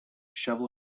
shovel